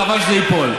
חבל שזה ייפול.